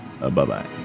Bye-bye